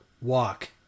Walk